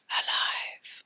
alive